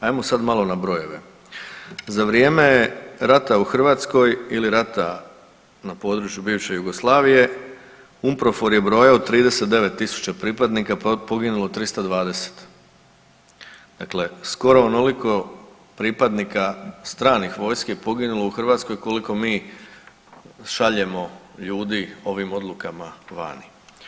Ajmo sad malo na brojeve, za vrijeme rata u Hrvatskoj ili rata na području bivše Jugoslavije UMPROFOR je brojao 39.000 pripadnika, poginulo 320, dakle skoro onoliko pripadnika strane vojske je poginulo u Hrvatskoj koliko mi šaljemo ljudi ovim odlukama vani.